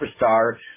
superstar